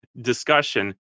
discussion